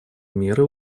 меры